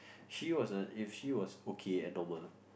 she was a if she was okay at the world